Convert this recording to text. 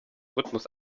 rhythmus